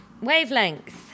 Wavelength